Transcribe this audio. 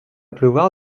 pleuvoir